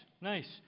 nice